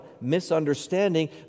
misunderstanding